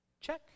Check